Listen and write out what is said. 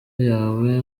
yawe